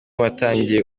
batangiye